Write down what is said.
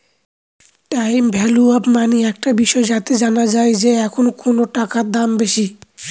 time value of money একটা বিষয় যাতে জানা যায় যে এখন কোনো টাকার দাম বেশি